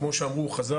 כמו שאמרו חז"ל,